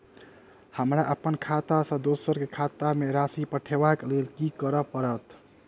हमरा अप्पन खाता सँ दोसर केँ खाता मे राशि पठेवाक लेल की करऽ पड़त?